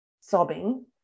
sobbing